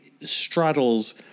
straddles